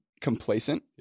complacent